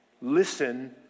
Listen